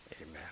Amen